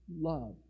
love